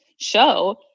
Show